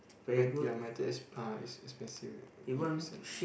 met~ ya metal is uh is expensive if sell